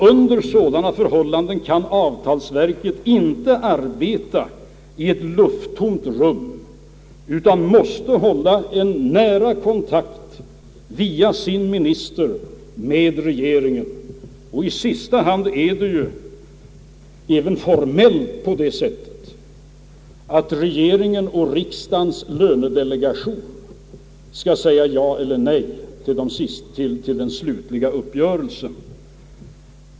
Under sådana förhållanden kan avtalsverket inte arbeta i ett lufttomt rum utan måste hålla nära kontakt via sin minister med regeringen. I sista hand är det ju även formellt på det sättet att regeringen och riksdagens lönedelegation skall säga ja eller nej till den slutliga uppgörelsen.